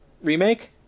Remake